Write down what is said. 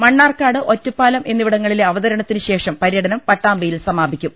മണ്ണാർക്കാട് ഒറ്റപ്പാലം എന്നിവിടങ്ങളിലെ അവതരണത്തിന് ശേഷം പരൃടനം പട്ടാമ്പിയിൽ സമാപിക്കും